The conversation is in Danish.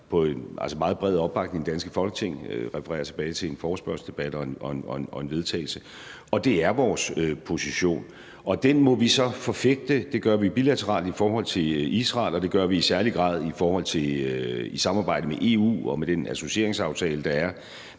på en meget bred opbakning i det danske Folketing, som refererer tilbage til en forespørgselsdebat og en vedtagelse, og det er vores position. Og den må vi så forfægte, og det gør vi bilateralt i forhold til Israel, og det gør vi i særlig grad i samarbejde med EU og med den associeringsaftale, der er